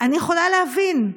אני יכולה להבין,